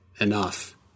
Enough